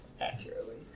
accurately